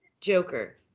Joker